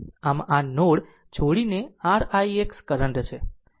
આમ આ નોડ છોડીને r ix કરંટ છે